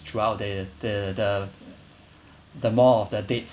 throughout the the the the more of the date